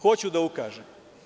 Hoću da ukažem.